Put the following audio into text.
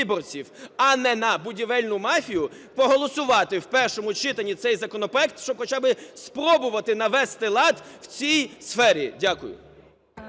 а не на будівельну мафію, проголосувати в першому читанні цей законопроект, щоб хоча би спробувати навести лад у цій сфері. Дякую.